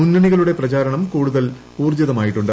മുന്നണികളുടെ പ്രചാരണം കൂടുതൽ ഊർജ്ജിതമായിട്ടുണ്ട്